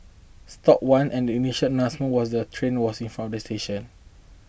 stopped one and the initial announcement was the train was in front at the station